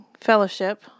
fellowship